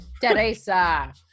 Teresa